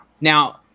Now